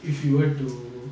if you were to